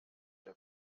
der